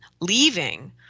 leaving